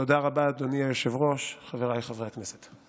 תודה רבה, אדוני היושב-ראש, חבריי חברי הכנסת.